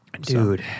Dude